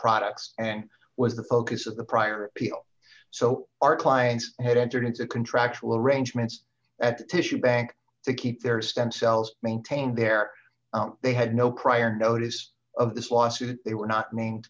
products and was the focus of the prior so our clients had entered into contractual arrangements at tissue bank to keep their stem cells maintained there they had no prior notice of this lawsuit they were not named